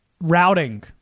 Routing